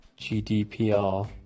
GDPR